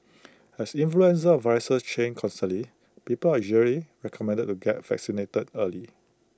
as influenza viruses change constantly people are usually recommended to get vaccinated early